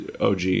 OG